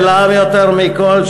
ולעם יותר מכול,